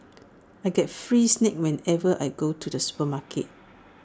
I get free snacks whenever I go to the supermarket